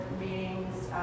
meetings